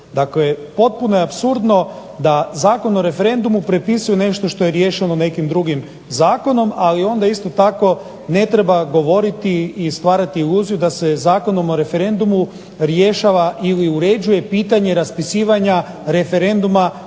Dakle, potpuno je apsurdno da Zakon o referendumu prepisuje nešto što je riješeno nekim drugim zakonom ali onda isto tako ne treba govoriti i stvarati iluziju da se Zakonom o referendumu rješava ili uređuje pitanje raspisivanja referenduma